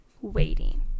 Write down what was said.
waiting